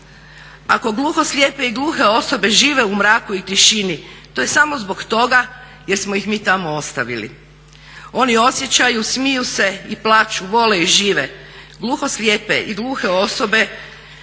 Ako gluhoslijepe i gluhe osobe žive u mraku i tišini to je samo zbog toga jer smo ih mi tamo ostavili. Oni osjećaju, smiju se i plaću, vole i žive. gluhoslijepe i gluhe osobe